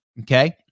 okay